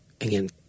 Again